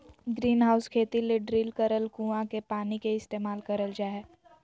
greenhouse खेती ले drill करल कुआँ के पानी के इस्तेमाल करल जा हय